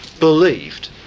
believed